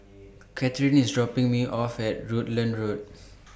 Kathern IS dropping Me off At Rutland Road